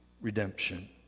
redemption